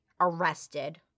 arrested